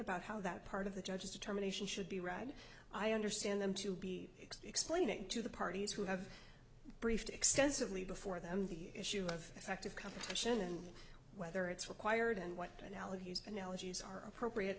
about how that part of the judge's determination should be read i understand them to be explaining to the parties who have briefed extensively before them the issue of effective competition whether it's required and what analogy analogies are appropriate